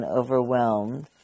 overwhelmed